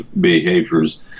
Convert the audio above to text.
behaviors